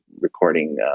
recording